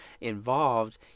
involved